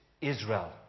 Israel